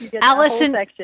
Allison